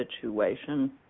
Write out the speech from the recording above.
situation